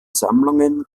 sammlungen